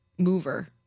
mover